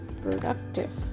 productive